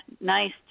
nice